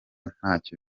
ntacyo